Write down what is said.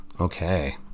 okay